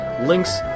links